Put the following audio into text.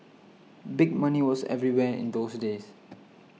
big money was everywhere in those days